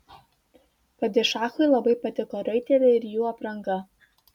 padišachui labai patiko raiteliai ir jų apranga